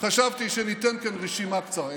שניתן כאן רשימה קצרה.